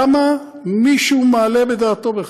למה מישהו מעלה בדעתו בכלל,